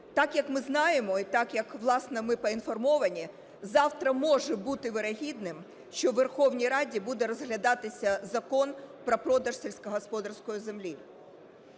Так як ми знаємо і так як, власне, ми поінформовані, завтра може бути вірогідним, що у Верховній Раді буде розглядатися Закон про продаж сільськогосподарської землі.